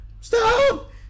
stop